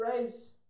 grace